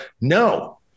No